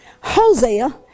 Hosea